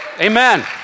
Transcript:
Amen